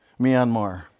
Myanmar